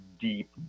deep